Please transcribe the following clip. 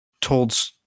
told